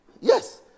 Yes